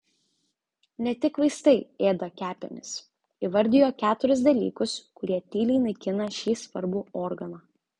ne tik vaistai ėda kepenis įvardijo keturis dalykus kurie tyliai naikina šį svarbų organą